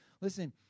listen